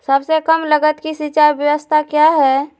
सबसे कम लगत की सिंचाई ब्यास्ता क्या है?